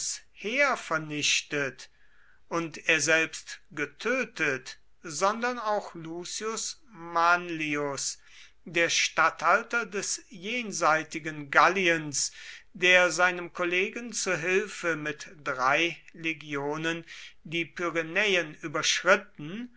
heer vernichtet und er selbst getötet sondern auch lucius manlius der statthalter des jenseitigen galliens der seinem kollegen zu hilfe mit drei legionen die pyrenäen überschritten